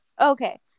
Okay